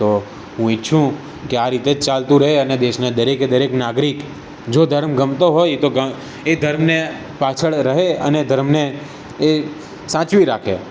તો હું ઇચ્છું કે આ રીતે જ ચાલતું રહે અને દેશના દરેક એ દરેક નાગરિક જો ધર્મ ગમતો હોય તો એ ધર્મને પાછળ રહે અને ધર્મને એ સાચવી રાખે